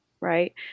right